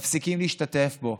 מפסיקים להשתתף בו.